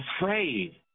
afraid